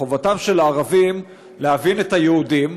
חובתם של הערבים להבין את היהודים,